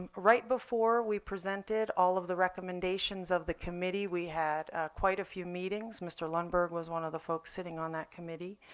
right before we presented all of the recommendations of the committee, we had quite a few meetings. mr. lundberg was one of the folks sitting on that committee.